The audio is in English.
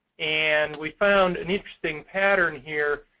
and we found an interesting pattern, here,